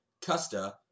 Custa